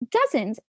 dozens